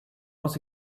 was